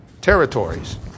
territories